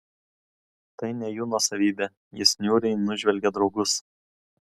tai ne jų nuosavybė jis niūriai nužvelgė draugus